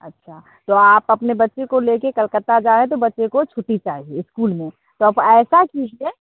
अच्छा तो आप अपने बच्चे को ले कर कलकत्ता जाए तो बच्चे को छुट्टी चाहिए इस्कूल में तो आप ऐसा कीजिए